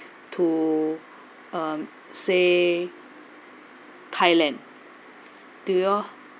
to um say thailand do you all